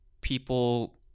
people